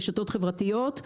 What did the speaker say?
ברשתות חברתיות,